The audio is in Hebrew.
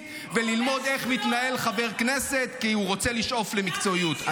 וללמוד איך מתנהל חבר כנסת כי הוא רוצה לשאוף למקצועיות.